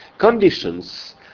conditions